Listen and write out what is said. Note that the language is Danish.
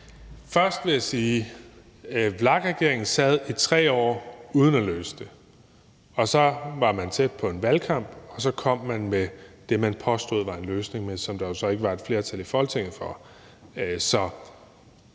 Først vil jeg sige, at VLAK-regeringen sad i 3 år uden at løse det. Så var man tæt på en valgkamp, og så kom man med det, man påstod var en løsning, men som der jo så ikke var et flertal i Folketinget for.